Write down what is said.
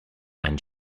and